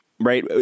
Right